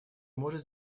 может